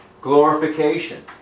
glorification